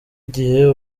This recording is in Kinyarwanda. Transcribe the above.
igihe